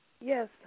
Yes